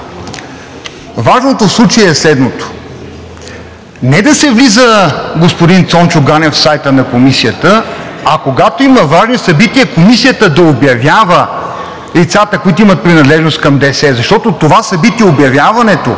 Важното в случая е следното: не да се влиза, господин Цончо Ганев, в сайта на Комисията, а когато има важни събития, Комисията да обявява лицата, които имат принадлежност към ДС, защото това събитие – обявяването,